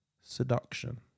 Seduction